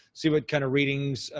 see what kind of readings,